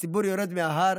הציבור יורד מההר